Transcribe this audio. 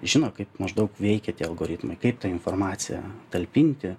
žino kaip maždaug veikia tie algoritmai kaip tai informaciją talpinti